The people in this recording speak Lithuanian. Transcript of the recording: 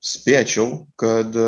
spėčiau kad